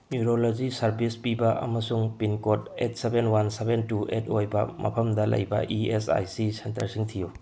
neurology service ꯄꯤꯕ ꯑꯃꯁꯨꯡ pin code eight seven one seven two eight ꯑꯣꯏꯕ ꯃꯐꯝꯗ ꯂꯩꯕ ꯏ ꯑꯦꯁ ꯑꯥꯏ ꯁꯤ ꯁꯦꯟꯇꯔꯁꯤꯡ ꯊꯤꯌꯨ